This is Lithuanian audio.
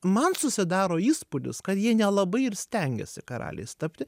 man susidaro įspūdis kad jie nelabai ir stengėsi karaliais tapti